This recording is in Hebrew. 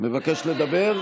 מבקש לדבר?